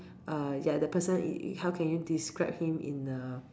err ya the person y~ how can you describe him in a